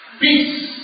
peace